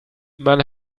man